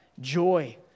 joy